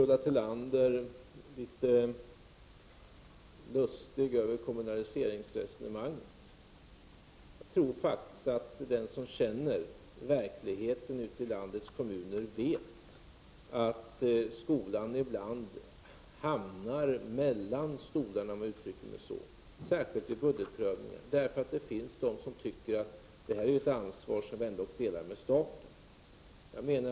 Ulla Tillander gör sig litet lustig över kommunaliseringsresonemanget. Jag tror faktiskt att den som känner verkligheten ute i landets kommuner vet att skolan ibland hamnar mellan stolarna, om jag får uttrycka mig så, särskilt ibudgetprövningen, därför att det finns de som tycker att man har ett ansvar som man delar med staten.